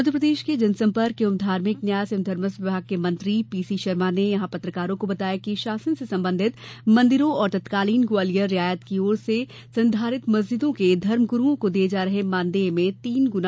मध्यप्रदेश के जनसंपर्क एवं धार्मिक न्यास एवं धर्मस्व विभाग के मंत्री पी सी शर्मा ने यहां पत्रकारों को बताया कि शासन से संबंधित मंदिरों और तत्कालीन ग्वालियर रियासत की ओर से संधारित मस्जिदों के धर्म गुरुओं को दिए जा रहे मानदेय में तीन गुना वृद्वि की गई है